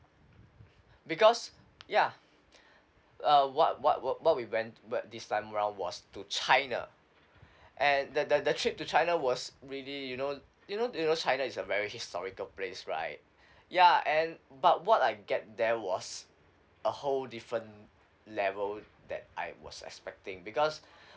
because ya uh what what what what we went this time round was to china and the the the trip to china was really you know you know you know china is a very historical place right ya and but what I get there was a whole different level that I was expecting because